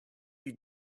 you